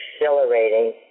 accelerating